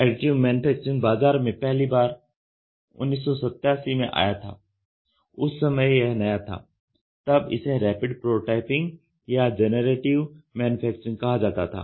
editing manufacturing बाजार में पहली बार 1987 में आया था उस समय यह नया था तब इसे रैपिड प्रोटोटाइपिंग या जनरेटिव मैन्युफैक्चरिंग कहा जाता था